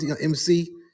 MC